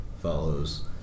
follows